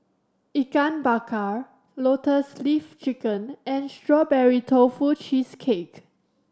Ikan Bakar Lotus Leaf Chicken and Strawberry Tofu Cheesecake